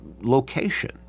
location